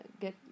get